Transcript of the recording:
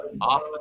off